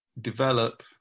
develop